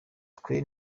twe